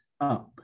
up